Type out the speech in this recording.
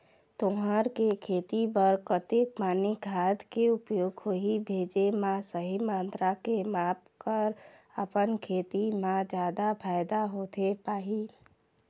तुंहर के खेती बर कतेक पानी खाद के उपयोग होही भेजे मा सही मात्रा के माप कर अपन खेती मा जादा फायदा होथे पाही?